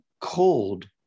cold